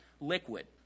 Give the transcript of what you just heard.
liquid